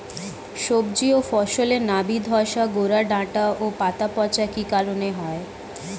সবজি ও ফসলে নাবি ধসা গোরা ডাঁটা ও পাতা পচা কি কারণে হয়?